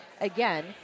Again